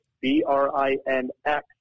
B-R-I-N-X